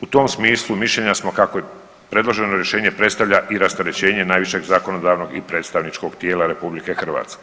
U tom smislu mišljenja smo kako predloženo rješenje predstavlja i rasterećenje najvišeg zakonodavnog i predstavničkog tijela RH.